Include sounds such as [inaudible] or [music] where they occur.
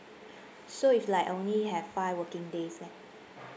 [breath] so if like I only have five working days left